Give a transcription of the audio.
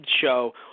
show